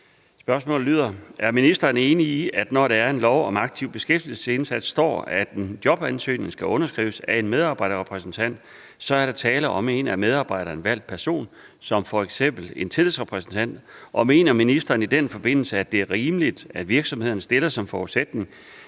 Laustsen (S): Er ministeren enig i, at når der i lov om en aktiv beskæftigelsesindsats står, at en jobansøgning skal underskrives af en medarbejderrepræsentant, så er der tale om en af medarbejderne valgt person som f.eks. en tillidsrepræsentant, og mener ministeren i den forbindelse, at det er rimeligt, at virksomhederne stiller som forudsætning,